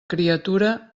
criatura